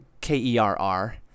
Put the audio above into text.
K-E-R-R